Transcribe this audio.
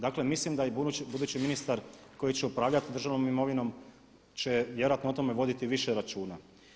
Dakle mislim da i budući ministar koji će upravljati državnom imovinom će vjerojatno o tome više računa.